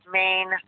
main